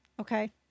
Okay